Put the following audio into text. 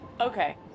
Okay